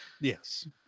yes